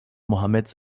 mohammeds